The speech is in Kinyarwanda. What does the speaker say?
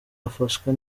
afashwe